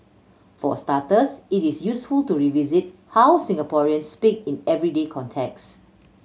for starters it is useful to revisit how Singaporeans speak in everyday context